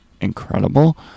incredible